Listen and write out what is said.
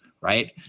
right